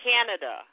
Canada